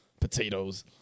potatoes